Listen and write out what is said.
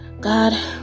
God